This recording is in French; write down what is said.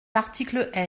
l’article